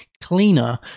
cleaner